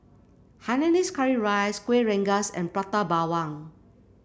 Hainanese Curry Rice Kueh Rengas and Prata Bawang